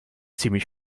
ziemlich